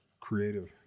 creative